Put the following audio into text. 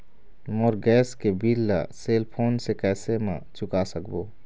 मोर gas के bill ला cell phone से कैसे म चुका सकबो?